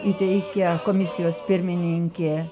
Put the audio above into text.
įteikia komisijos pirmininkė